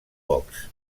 pocs